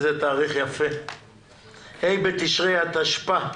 ה' בתשרי התשפ"א.